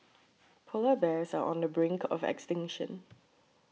Polar Bears are on the brink of extinction